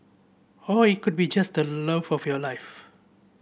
or it could be just the love of your life